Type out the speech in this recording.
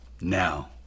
now